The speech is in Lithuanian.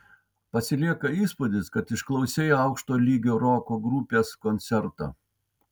pasilieka įspūdis kad išklausei aukšto lygio roko grupės koncertą